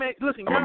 Listen